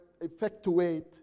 effectuate